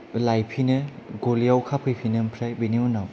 लायफिनो गलियाव खाफैफिनो ओमफ्राय बेनि उनाव